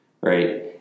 right